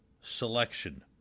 selection